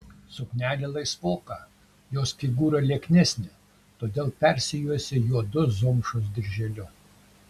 suknelė laisvoka jos figūra lieknesnė todėl persijuosė juodu zomšos dirželiu